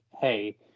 hey